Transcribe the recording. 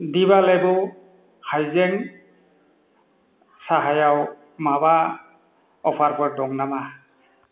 दिभा लेबु हायजें साहायाव माबा अफारफोर दं नामा